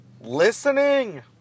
listening